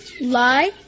Lie